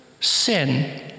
Sin